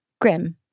Grim